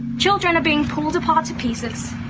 children are being pulled apart to pieces.